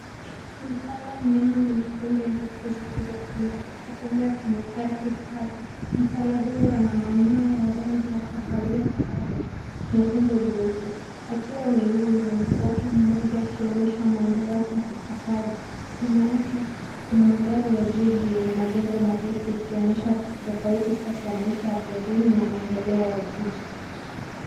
Impala, mnyama mwenye pembe ndefu zilizopinda, akitembea kwenye ardhi kavu. Impala huyo ana manyoya ya rangi ya kahawia-dhahabu na tumbo jeupe. Akiwa aneinuwa mguu wake mmoja, akionyesha mwendo wake wa kifahari. Nyuma yake kuna mandhari ya jiji yenye majengo marefu, ikionyesha utofauti kati ya maisha ya porini na maendeleo ya jiji.